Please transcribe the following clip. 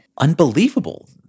Unbelievable